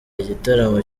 igitaramo